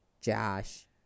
Josh